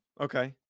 Okay